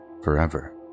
forever